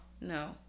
No